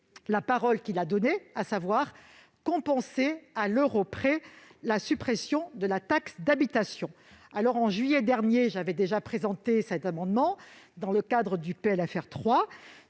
la parole qu'il a donnée, à savoir compenser à l'euro près la suppression de la taxe d'habitation.